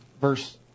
verse